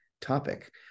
topic